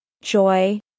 joy